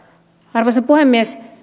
arvoisa puhemies